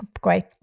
Great